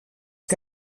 que